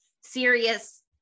serious